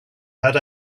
had